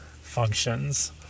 functions